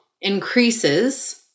increases